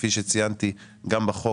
כפי שציינתי גם בחוק,